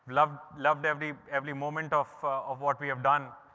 loved loved every, every moment of of what we have done.